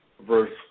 verse